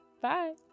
Bye